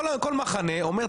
כל מחנה אומר,